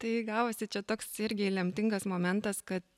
tai gavosi čia toks irgi lemtingas momentas kad